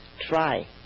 Try